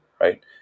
right